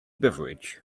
beverage